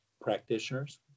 practitioners